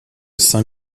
saint